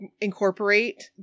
Incorporate